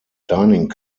dining